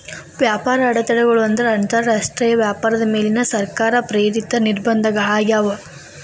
ವ್ಯಾಪಾರ ಅಡೆತಡೆಗಳು ಅಂದ್ರ ಅಂತರಾಷ್ಟ್ರೇಯ ವ್ಯಾಪಾರದ ಮೇಲಿನ ಸರ್ಕಾರ ಪ್ರೇರಿತ ನಿರ್ಬಂಧಗಳಾಗ್ಯಾವ